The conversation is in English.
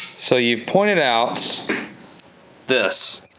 so you pointed out this.